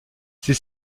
ces